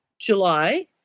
July